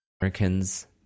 Americans